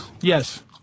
Yes